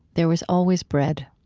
there was always bread.